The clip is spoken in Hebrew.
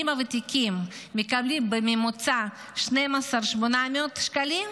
העולים הוותיקים מקבלים בממוצע 12,800 שקלים,